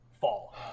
fall